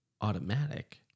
automatic